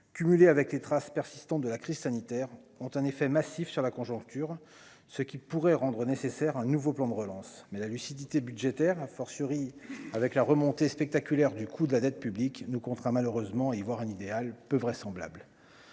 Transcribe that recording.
cumulés avec les traces persistantes de la crise sanitaire ont en effet massif sur la conjoncture, ce qui pourrait rendre nécessaire un nouveau plan de relance, mais la lucidité budgétaire, a fortiori avec la remontée spectaculaire du coût de la dette publique nous malheureusement voir un idéal peu vraisemblable.